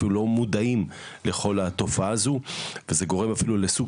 אפילו לא מודעים לכל התופעה הזו וזה גורם אפילו לסוג